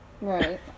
Right